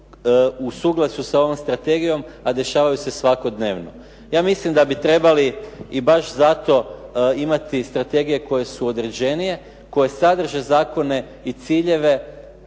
u suglasju sa ovom strategijom, a dešavaju se svakodnevno. Ja mislim da bi trebali i baš zato imati strategije koje su određenije, koje sadrže zakone i ciljeve